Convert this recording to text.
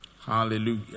hallelujah